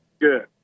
Good